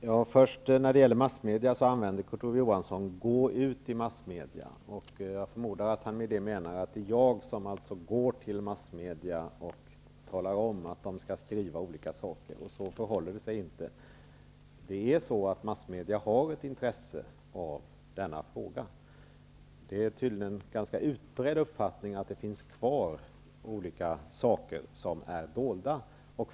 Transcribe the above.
Herr talman! Kurt Ove Johansson sade att jag hade gått ut till massmedia. Jag förmodar att han med det menar att det är jag som går till massmedia och talar om att de skall skriva olika saker. Så förhåller det sig inte. Massmedia har ett intresse av denna fråga. Det är tydligen en ganska utbredd uppfattning att det finns en del saker som fortfarande är dolda.